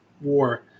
war